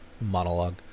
monologue